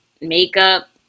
makeup